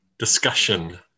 discussion